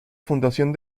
fundación